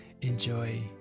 Enjoy